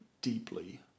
deeply